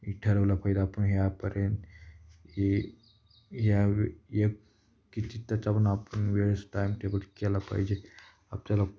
इ ठरवला पाहिजे आपण यापर्यंत हे या या किती त्याच्यापण आपण वेळेस टाईम टेबल केला पाहिजे आपल्याला